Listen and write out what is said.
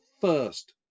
first